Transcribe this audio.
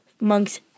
monk's